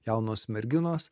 jaunos merginos